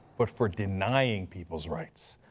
but for denying people's rights.